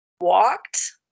Walked